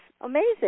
amazing